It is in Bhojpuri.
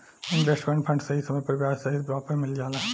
इन्वेस्टमेंट फंड सही समय पर ब्याज सहित वापस मिल जाला